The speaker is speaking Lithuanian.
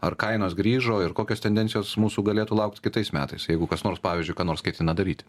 ar kainos grįžo ir kokios tendencijos mūsų galėtų laukt kitais metais jeigu kas nors pavyzdžiui ką nors ketina daryti